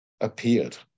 appeared